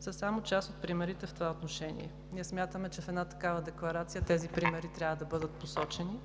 са само част от примерите в това отношение. Ние смятаме, че в една такава декларация тези примери трябва да бъдат посочени